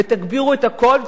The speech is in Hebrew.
ותגבירו את הקול,